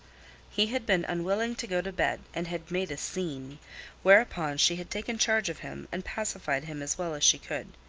he had been unwilling to go to bed and had made a scene whereupon she had taken charge of him and pacified him as well as she could.